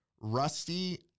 Rusty